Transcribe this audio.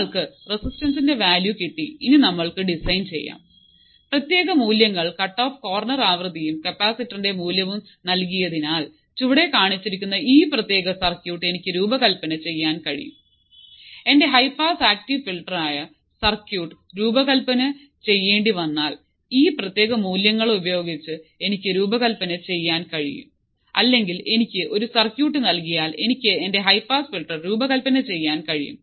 നമ്മൾക്ക് റെസിസ്റ്ററിന്റെ വാല്യൂ കിട്ടി ഇനി നമ്മൾക്ക് ഡിസൈൻ ചെയാം പ്രത്യേക മൂല്യങ്ങൾ കട്ട്ഓഫ് കോർണർ ആവൃത്തിയും കപ്പാസിറ്റൻസിന്റെ മൂല്യവും നൽകിയതിനാൽ ചുവടെ കാണിച്ചിരിക്കുന്ന ഈ പ്രത്യേക സർക്യൂട്ട് എനിക്ക് രൂപകൽപ്പന ചെയ്യാൻ കഴിയും എന്റെ ഹൈ പാസ് ആക്റ്റീവ് ഫിൽട്ടറായ സർക്യൂട്ട് രൂപകൽപ്പന ചെയ്യേണ്ടിവന്നാൽ ഈ പ്രത്യേക മൂല്യങ്ങൾ ഉപയോഗിച്ച് എനിക്ക് രൂപകൽപ്പന ചെയ്യാൻ കഴിയും അല്ലെങ്കിൽ എനിക്ക് ഒരു സർക്യൂട്ട് നൽകിയാൽ എനിക്ക് എന്റെ ഹൈ പാസ് ഫിൽട്ടർ രൂപകൽപ്പന ചെയ്യാൻ കഴിയും